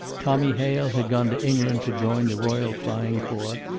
tommy hale had gone to england to join the royal flying corps.